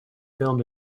filmed